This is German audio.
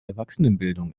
erwachsenenbildung